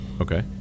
Okay